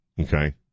Okay